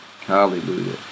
Hallelujah